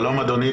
שלום אדוני.